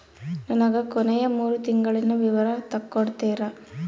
ನನಗ ಕೊನೆಯ ಮೂರು ತಿಂಗಳಿನ ವಿವರ ತಕ್ಕೊಡ್ತೇರಾ?